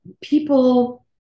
people